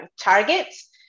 targets